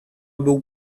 był